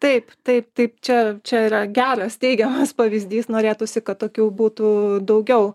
taip taip taip čia čia yra geras teigiamas pavyzdys norėtųsi kad tokių būtų daugiau